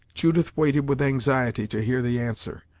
judith waited with anxiety to hear the answer,